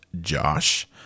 Josh